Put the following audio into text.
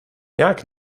nějak